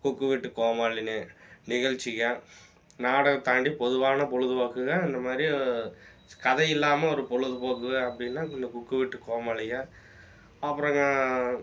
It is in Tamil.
குக்கு விட்டு கோமாளின்னு நிகழ்ச்சி நாடகம் தாண்டி பொதுவான பொழுதுபோக்குன்னா இந்தமாதிரி கதையில்லாமல் ஒரு பொழுதுபோக்கு அப்படின்னா இந்த குக்கு விட்டு கோமாளிங்க அப்புறங்க